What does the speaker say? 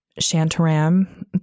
Shantaram